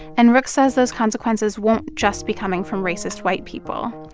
and rooks says those consequences won't just be coming from racist white people.